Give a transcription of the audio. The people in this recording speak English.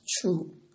true